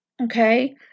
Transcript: okay